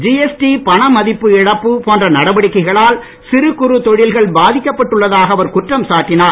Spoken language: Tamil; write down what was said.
ஜிஎஸ்டி பணமதிப்பு இழப்பு போன்ற நடவடிக்கைகளால் சிறு குறு தொழில்கள் பாதிக்கப்பட்டு உள்ளதாக அவர் குற்றம் சாட்டினார்